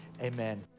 Amen